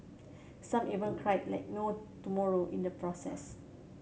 some even cried like no tomorrow in the process